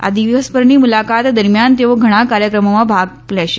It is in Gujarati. આ દિવસભરની મુલાકાત દરમિયાન તેઓ ઘણાં કાર્યક્રમોમાં ભાગ લેશે